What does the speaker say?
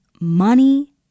Money